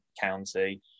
County